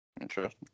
Interesting